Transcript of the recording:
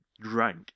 drank